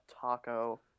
taco